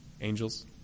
Angels